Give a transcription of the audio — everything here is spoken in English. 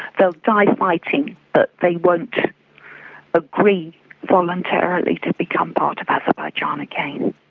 they'll die fighting, but they won't agree voluntarily to become part of azerbaijan again.